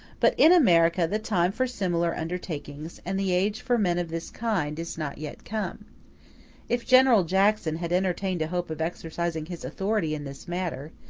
but in america the time for similar undertakings, and the age for men of this kind, is not yet come if general jackson had entertained a hope of exercising his authority in this manner,